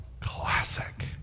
Classic